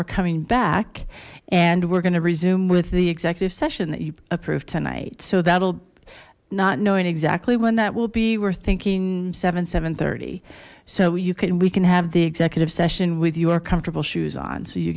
we're coming back and we're going to resume with the executive session that you approved tonight so that'll not knowing exactly when that will be we're thinking seven zero so you can we can have the executive session with your comfortable shoes on so you